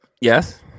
Yes